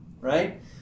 right